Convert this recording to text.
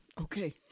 Okay